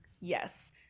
Yes